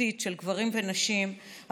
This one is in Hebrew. התנדבותית של גברים ונשים הבוחרים